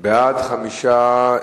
בעד, 5,